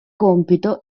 compito